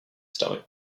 stomach